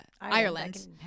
Ireland